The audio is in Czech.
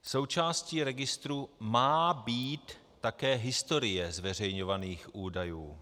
Součástí registru má být také historie zveřejňovaných údajů.